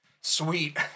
Sweet